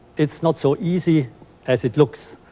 it's not so easy as it looks